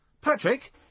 Patrick